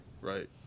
Right